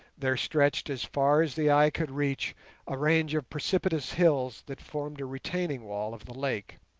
there stretched as far as the eye could reach a range of precipitous hills that formed a retaining wall of the lake,